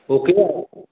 okay